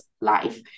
life